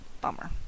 bummer